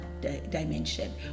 dimension